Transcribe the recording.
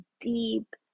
deep